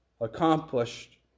accomplished